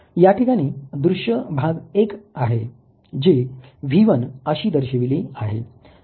याठिकाणी दृश्य भाग 1 आहे जी V1 अशी दर्शवली आहे